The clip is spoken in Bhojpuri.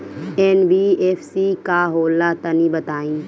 एन.बी.एफ.सी का होला तनि बताई?